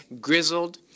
grizzled